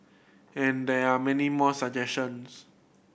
and there are many more suggestions